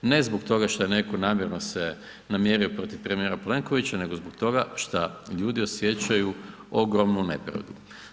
Ne zbog toga što je netko namjerno se namjerio protiv premijera Plenkovića nego zbog toga što ljudi osjećaju ogromnu nepravdu.